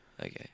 Okay